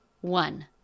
one